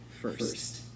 first